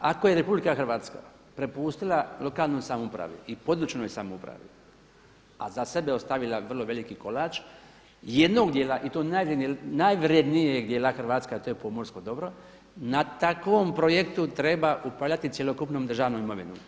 Ako je RH prepustila lokalnoj samoupravi i područnoj samoupravi a za sebe ostavila vrlo veliki kolač jednog djela i to najvrjednijeg djela Hrvatske a to je pomorsko dobro na takvom projektu treba upravljati cjelokupnom državnom imovinom.